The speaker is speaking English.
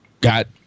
got